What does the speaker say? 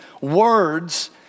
words